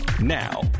Now